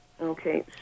Okay